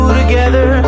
together